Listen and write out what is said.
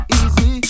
easy